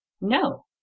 No